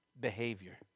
behavior